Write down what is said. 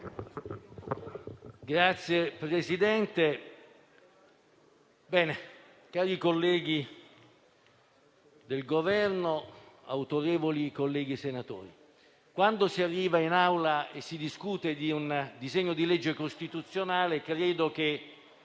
Signor Presidente, cari colleghi del Governo, autorevoli colleghi senatori, quando si arriva in Aula e si discute di un disegno di legge costituzionale, tutti